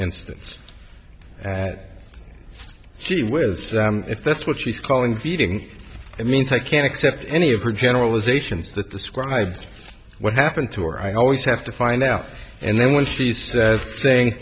instance gee whiz if that's what she's calling feeding it means i can accept any of her generalizations that describe what happened to her i always have to find out and then when she's saying